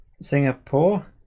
Singapore